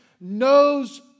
Knows